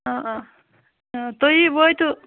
تُہی وٲتِو